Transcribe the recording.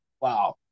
wow